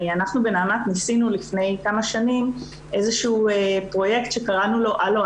אנחנו בנעמ"ת ניסינו לפני כמה שנים איזשהו פרויקט שקראנו לו "הלו,